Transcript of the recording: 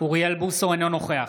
אינו נוכח